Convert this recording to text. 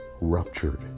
ruptured